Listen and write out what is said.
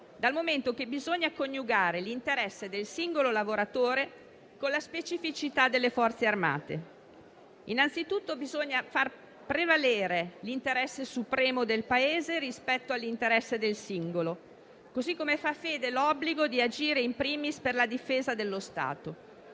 dal momento che bisogna coniugare l'interesse del singolo lavoratore con la specificità delle Forze armate. Innanzitutto, bisogna far prevalere l'interesse supremo del Paese rispetto a quello del singolo, così come fa fede l'obbligo di agire *in primis* per la difesa dello Stato.